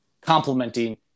complementing